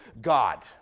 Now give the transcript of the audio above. God